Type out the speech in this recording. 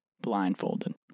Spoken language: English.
blindfolded